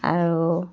আৰু